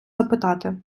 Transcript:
запитати